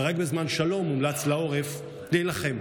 ורק בזמן שלום מומלץ לעורף להילחם.